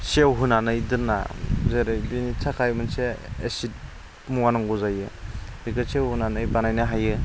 सेवहोनानै दोनना जेरै बिनि थाखाय मोनसे एसिड मुवा नांगौ जायो बेबायदि सेवहोनानै बानायनो हायो